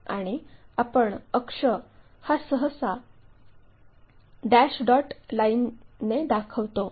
आणि आपण अक्ष हा सहसा डॅश डॉट लाईनने दाखवतो